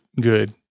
good